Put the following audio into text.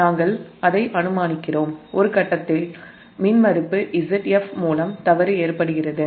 நாங்கள் அதை அனுமானிக்கிறோம் ஒரு கட்டத்தில் இம்பிடன்ஸ் Zf மூலம் ஃபால்ட் ஏற்படுகிறது